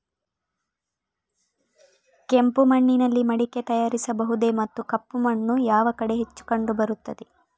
ಕೆಂಪು ಮಣ್ಣಿನಲ್ಲಿ ಮಡಿಕೆ ತಯಾರಿಸಬಹುದೇ ಮತ್ತು ಕಪ್ಪು ಮಣ್ಣು ಯಾವ ಕಡೆ ಹೆಚ್ಚು ಕಂಡುಬರುತ್ತದೆ?